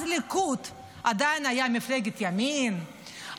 אז הליכוד עדיין היה מפלגת ימין,